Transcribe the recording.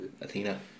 Athena